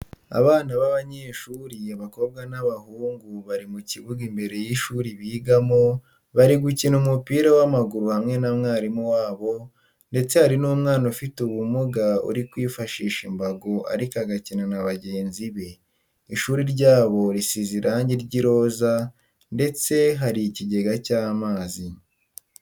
Abana b'abanyeshuri abakobwa n'abahungu bari mu kibuga imbere y'ishuri bigamo bari gukina umupira w'amaguru hamwe na mwarimu wabo ndeste hari n'umwana ufite ubumuga urikwifashisha imbago ariko agakina na bagenzi be. ishuri ryabo risize irangi ry'iroza ndeset hari ikigega cy'amazi.